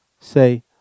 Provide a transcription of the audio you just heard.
Say